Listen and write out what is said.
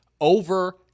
over